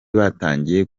batangiye